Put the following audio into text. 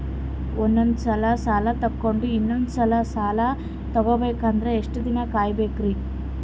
ಒಂದ್ಸಲ ಸಾಲ ತಗೊಂಡು ಇನ್ನೊಂದ್ ಸಲ ಸಾಲ ತಗೊಬೇಕಂದ್ರೆ ಎಷ್ಟ್ ದಿನ ಕಾಯ್ಬೇಕ್ರಿ?